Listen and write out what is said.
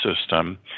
system